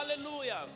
hallelujah